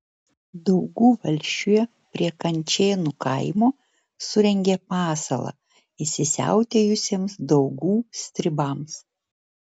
daugų valsčiuje prie kančėnų kaimo surengė pasalą įsisiautėjusiems daugų stribams